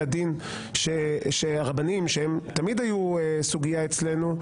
הדין והרבנים שתמיד היו סוגיה אצלנו,